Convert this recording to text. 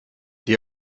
die